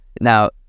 Now